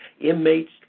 inmates